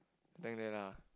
lah